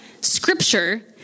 scripture